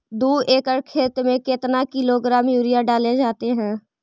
दू एकड़ खेत में कितने किलोग्राम यूरिया डाले जाते हैं?